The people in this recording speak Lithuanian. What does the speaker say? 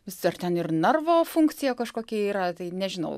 vis dar ten ir narvo funkcija kažkokia yra tai nežinau